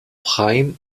haim